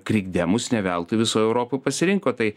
krikdemus ne veltui visoj europoj pasirinko tai